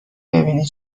ببینی